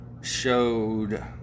showed